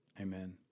Amen